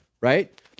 Right